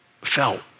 felt